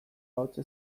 ahotsa